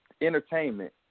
entertainment